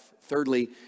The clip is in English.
Thirdly